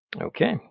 Okay